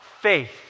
faith